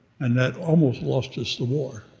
and that almost lost us the war.